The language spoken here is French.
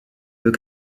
veut